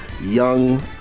young